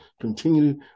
continue